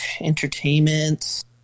entertainment